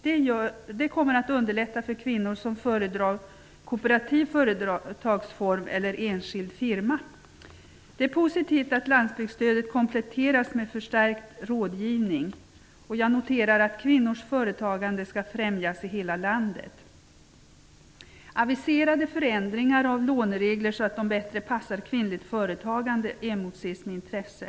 Detta kommer att underlätta för kvinnor som föredrar kooperativ företagsform eller enskild firma. Det är positivt att landsbygdsstödet kompletteras med förstärkt rådgivning. Jag noterar att kvinnors företagande skall främjas i hela landet. Aviserade förändringar av låneregler, så att de bättre passar kvinnligt företagande, emotses med intresse.